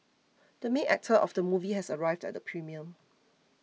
the main actor of the movie has arrived at the premiere